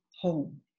home